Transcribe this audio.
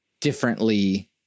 differently